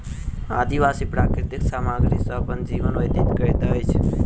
आदिवासी प्राकृतिक सामग्री सॅ अपन जीवन व्यतीत करैत अछि